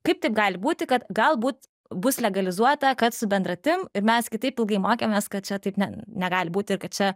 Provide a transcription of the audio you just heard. kaip taip gali būti kad galbūt bus legalizuota kad su bendratim ir mes gi taip ilgai mokėmės kad čia taip ne negali būt ir kad čia